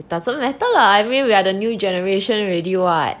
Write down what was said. it doesn't matter lah I mean we are the new generation already [what]